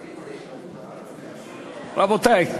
רבותי,